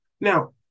Now